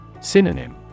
Synonym